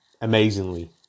amazingly